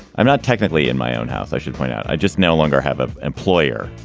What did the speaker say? i'm not technically in my own house. i should point out, i just no longer have ah employer.